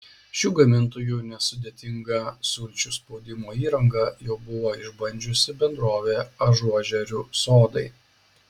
šių gamintojų nesudėtingą sulčių spaudimo įrangą jau buvo išbandžiusi bendrovė ažuožerių sodai